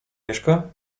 mieszka